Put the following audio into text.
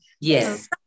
Yes